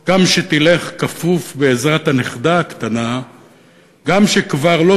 שנה./ גם כשתלך כפוף/ בעזרת הנכדה הקטנה,/ גם כשכבר לא